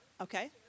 Okay